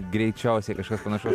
greičiausiai kažkas panašaus